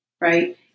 right